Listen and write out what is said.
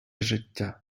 життя